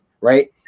right